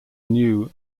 new